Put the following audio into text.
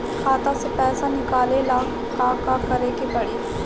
खाता से पैसा निकाले ला का का करे के पड़ी?